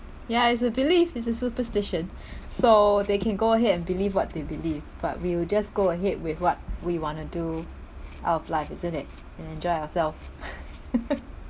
ya is a belief is a superstition so they can go ahead and believe what they believe but we'll just go ahead with what we want to do out of life isn't it and enjoy ourselves